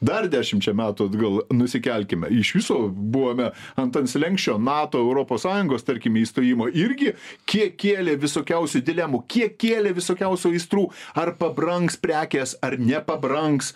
dar dešimčia metų atgal nusikelkime iš viso buvome ant ant slenksčio nato europos sąjungos tarkim įstojimo irgi kiek kėlė visokiausių dilemų kiek kėlė visokiausių aistrų ar pabrangs prekės ar nepabrangs